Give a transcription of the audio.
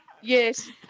Yes